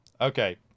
okay